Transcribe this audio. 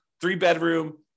three-bedroom